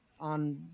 on